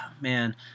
man